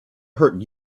hurt